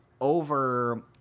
over